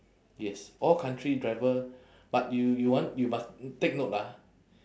yes all country driver but you you want you must take note ah